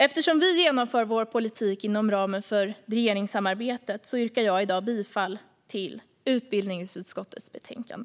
Eftersom vi genomför vår politik inom ramen för regeringssamarbetet yrkar jag bifall till utbildningsutskottets förslag.